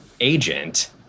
agent